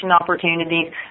opportunities